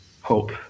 hope